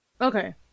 Okay